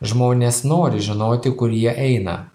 žmonės nori žinoti kur jie eina